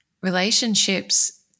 Relationships